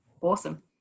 awesome